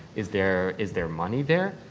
is there is there money there?